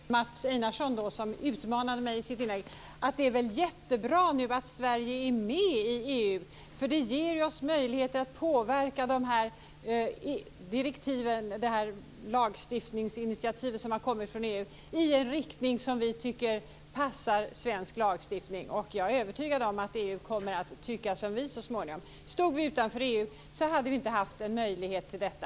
Fru talman! Jag vill bara kort säga till Mats Einarsson, som utmanade mig i sitt inlägg, att det väl är jättebra att Sverige nu är med i EU. Det ger oss möjlighet att påverka det lagstiftningsinitiativ som har kommit från EU i en riktning som vi tycker passar svensk lagstiftning. Jag är övertygad om att EU kommer att tycka som vi så småningom. Om vi stod utanför EU hade vi inte haft möjlighet till detta.